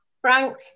Frank